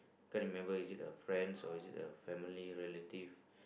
can't remember is it a friend or is it a family relative